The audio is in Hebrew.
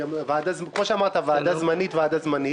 כפי שאמרת: זו ועדה זמנית,